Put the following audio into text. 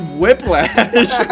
whiplash